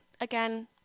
Again